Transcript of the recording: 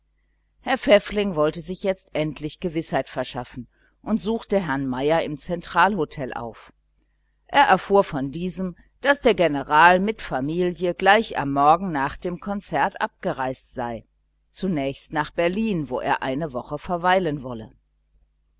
herr pfäffling wollte sich endlich gewißheit verschaffen und suchte herrn meier im zentralhotel auf er erfuhr von diesem daß der general mit familie gleich am morgen nach dem konzert abgereist sei zunächst nach berlin wo er eine woche verweilen wolle